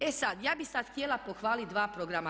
E sad, ja bih sad htjela pohvalit dva programa.